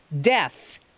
Death